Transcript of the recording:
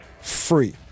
free